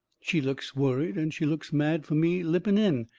she looks worried and she looks mad fur me lipping in,